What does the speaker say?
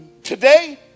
Today